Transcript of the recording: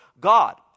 God